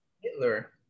Hitler